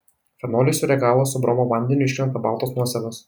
fenoliui sureagavus su bromo vandeniu iškrenta baltos nuosėdos